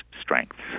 strengths